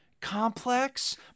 complex